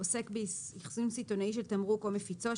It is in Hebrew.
עוסק באחסון סיטונאי של תמרוק או מפיצו,